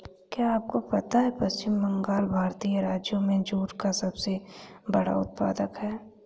क्या आपको पता है पश्चिम बंगाल भारतीय राज्यों में जूट का सबसे बड़ा उत्पादक है?